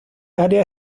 área